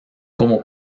como